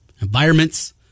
Environments